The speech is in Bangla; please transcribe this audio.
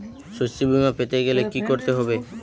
শষ্যবীমা পেতে গেলে কি করতে হবে?